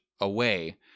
away